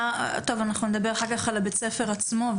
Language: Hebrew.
אנחנו נדבר אחר כך על בית הספר עצמו,